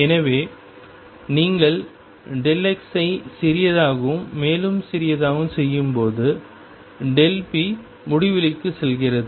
எனவே நீங்கள் x ஐ சிறியதாகவும் மேலும் சிறியதாகவும் செய்யும்போது p முடிவிலிக்கு செல்கிறது